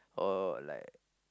all like